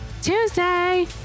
Tuesday